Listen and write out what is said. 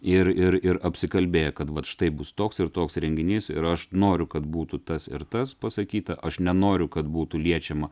ir ir ir apsikalbėję kad vat štai bus toks ir toks renginys ir aš noriu kad būtų tas ir tas pasakyta aš nenoriu kad būtų liečiama